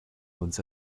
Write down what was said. ones